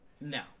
No